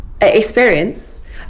Experience